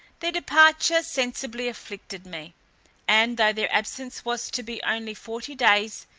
their departure sensibly afflicted me and though their absence was to be only forty days,